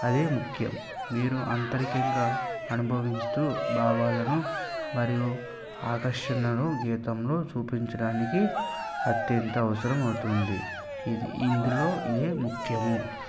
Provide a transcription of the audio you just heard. అది ముఖ్యం మీరు అంతరికంగా ఆకర్షిస్తూ భావాలను మరియు ఆకర్షణను గీతంలో చూపించడానికి అత్యంత అవసరం అవుతుంది ఇది ఇందులో ఇది ముఖ్యము